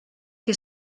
que